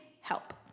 help